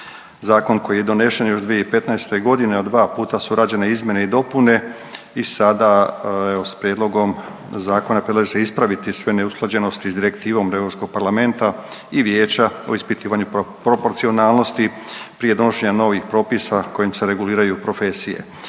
Zakon koji je donešen još 2015. godine, a dva puta su rađene izmjene i dopune i sada evo s prijedlogom zakona predlaže se ispraviti sve neusklađenosti s Direktivom Europskog parlamenta i vijeća o ispitivanju proporcionalnosti prije donošenja novih propisa kojim se reguliraju profesije.